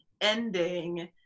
ending